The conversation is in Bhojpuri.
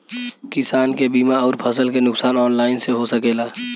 किसान के बीमा अउर फसल के नुकसान ऑनलाइन से हो सकेला?